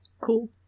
cool